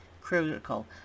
critical